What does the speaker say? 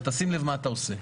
אבל תשים לב מה אתה עושה.